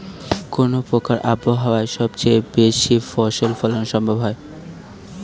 কোন প্রকার আবহাওয়ায় সবচেয়ে বেশি ফসল ফলানো সম্ভব হয়?